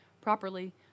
properly